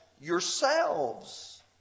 yourselves